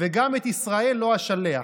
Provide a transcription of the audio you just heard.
וגם את ישראל לא אשלח".